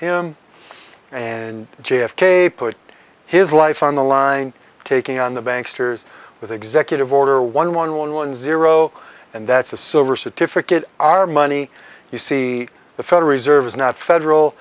him and j f k put his life on the line taking on the banks tours with executive order one one one one zero and that's the silver certificate our money you see the federal reserve is not federal